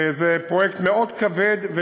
וזה פרויקט כבד מאוד,